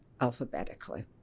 alphabetically